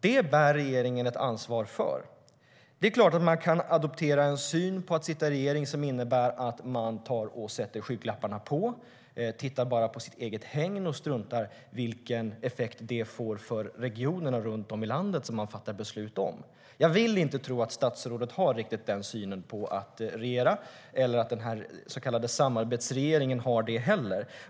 Det bär regeringen ett ansvar för. Det är klart att man kan adoptera en syn på att sitta i regering som innebär att man tar på sig skygglapparna, tittar bara på sitt eget hägn och struntar i vilken effekt det får för regionerna runt om i landet. Jag vill inte tro att statsrådet har den synen på att regera eller att den så kallade samarbetsregeringen har det heller.